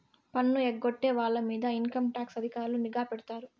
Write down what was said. పన్ను ఎగ్గొట్టే వాళ్ళ మీద ఇన్కంటాక్స్ అధికారులు నిఘా పెడతారు